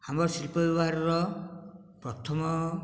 ଆମ ଶିଳ୍ପ ବ୍ୟବହାରର ପ୍ରଥମ